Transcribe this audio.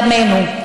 דמנו,